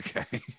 Okay